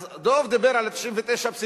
אז דב דיבר על 99.99%